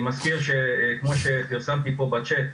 אני מזכיר שכמו שפרסמתי פה בצ'ט,